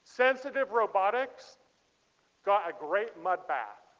sensitive robotics got a great mud bath.